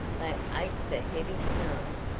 they ache for heavy snow.